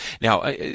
now